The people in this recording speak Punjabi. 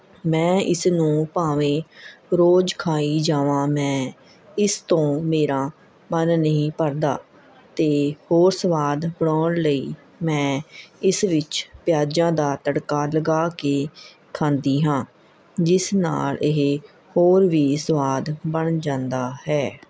ਮੈਂ ਇਸ ਨੂੰ ਭਾਵੇਂ ਰੋਜ਼ ਖਾਈ ਜਾਵਾਂ ਮੈਂ ਇਸ ਤੋਂ ਮੇਰਾ ਮਨ ਨਹੀਂ ਭਰਦਾ ਅਤੇ ਹੋਰ ਸਵਾਦ ਬਣਾਉਣ ਲਈ ਮੈਂ ਇਸ ਵਿੱਚ ਪਿਆਜ਼ਾਂ ਦਾ ਤੜਕਾ ਲਗਾ ਕੇ ਖਾਂਦੀ ਹਾਂ ਜਿਸ ਨਾਲ਼ ਇਹ ਹੋਰ ਵੀ ਸਵਾਦ ਬਣ ਜਾਂਦਾ ਹੈ